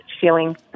feeling